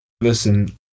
Listen